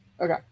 Okay